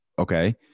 okay